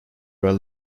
were